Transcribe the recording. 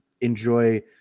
enjoy